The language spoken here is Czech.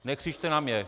Nekřičte na mě.